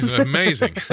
amazing